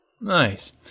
Nice